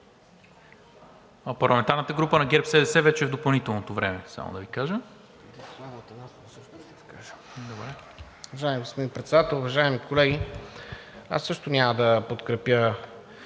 Парламентарната група на ГЕРБ-СДС вече е в допълнителното време,